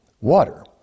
water